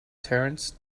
terence